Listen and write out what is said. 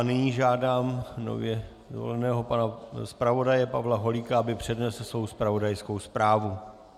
Nyní žádám nově zvoleného zpravodaje Pavla Holíka, aby přednesl svou zpravodajskou zprávu.